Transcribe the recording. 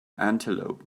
antelope